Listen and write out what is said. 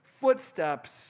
footsteps